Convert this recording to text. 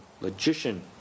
Logician